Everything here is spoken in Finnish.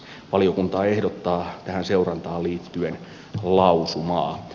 valiokunta ehdottaa tähän seurantaan liittyen lausumaa